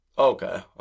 Okay